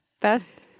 best